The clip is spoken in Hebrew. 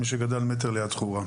כמי שגדל מטר ליד חורה.